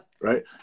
right